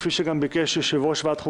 כפי שגם ביקש יושב-ראש ועדת החוקה,